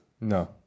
No